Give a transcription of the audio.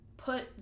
put